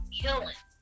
killing